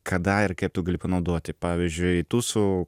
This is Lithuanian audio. kada ir kaip tu gali panaudoti pavyzdžiui tu su